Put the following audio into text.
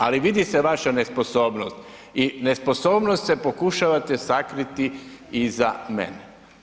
Ali vidi se vaša nesposobnost i nesposobnost pokušavate sakriti iza mene.